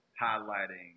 highlighting